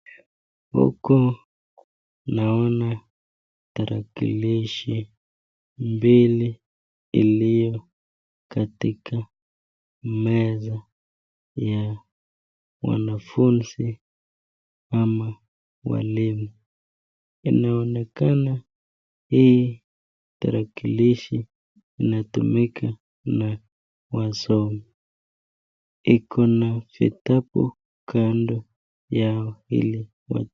Huku naona tarakilishi mbili iliyo katika meza ya wanafunzi ama walimu. Inaonekana hii tarakilishi inatumika na wasomi. Iko na vitabu kando ya hili.